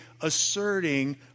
asserting